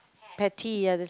petty ya the